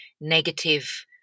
negative